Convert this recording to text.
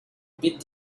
bit